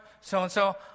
so-and-so